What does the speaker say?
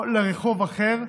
או לרחוב אחר,